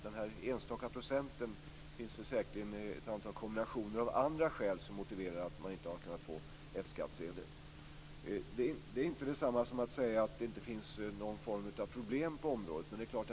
För den enstaka procenten finns det säkerligen kombinationer av andra skäl som motiverar att man inte har kunnat få Det är inte detsamma som att säga att det inte finns någon form av problem på området.